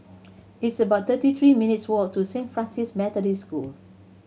it's about thirty three minutes' walk to Saint Francis Methodist School